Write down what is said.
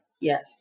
Yes